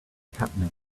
happening